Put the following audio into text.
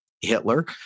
Hitler